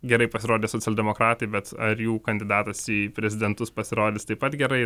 gerai pasirodė socialdemokratai bet ar jų kandidatas į prezidentus pasirodys taip pat gerai